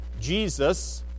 Jesus